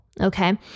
Okay